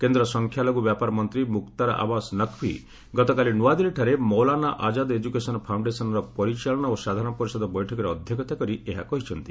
କେନ୍ଦ୍ର ସଂଖ୍ୟାଲଘୁ ବ୍ୟାପାରମନ୍ତ୍ରୀ ମୁକ୍ତାର ଆବାସ ନକ୍ଭି ଗତକାଲି ନୂଆଦିଲ୍ଲୀଠାରେ ମୌଲାନ ଆଜାଦ୍ ଏଜୁକେଶନ ଫାଉଶ୍ଡେସନର ପରିଚାଳନା ଓ ସାଧାରଣ ପରିଷଦ ବୈଠକରେ ଅଧ୍ୟକ୍ଷତା କରି ଏହା କହିଛନ୍ତି